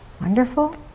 Wonderful